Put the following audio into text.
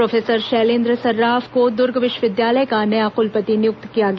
professor Shailendra Saraf को द्र्ग विश्वविद्यालय का नया क्लपति नियुक्त किया गया